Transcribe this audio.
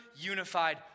unified